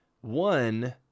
One